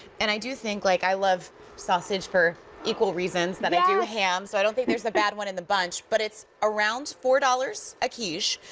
and i do think like i love sausage for equal reasons that i do ham. so i don't think there's a bad one in the bunch. but it's around four dollars a quiche,